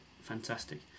Fantastic